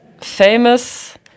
famous